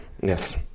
Yes